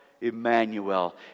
Emmanuel